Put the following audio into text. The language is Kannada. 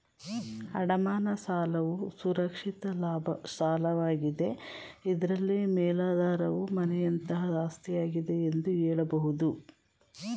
ಅಡಮಾನ ಸಾಲವು ಸುರಕ್ಷಿತ ಸಾಲವಾಗಿದೆ ಇದ್ರಲ್ಲಿ ಮೇಲಾಧಾರವು ಮನೆಯಂತಹ ಆಸ್ತಿಯಾಗಿದೆ ಎಂದು ಹೇಳಬಹುದು